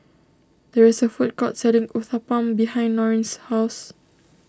there is a food court selling Uthapam behind Norine's house